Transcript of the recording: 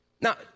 Now